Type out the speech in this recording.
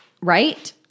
Right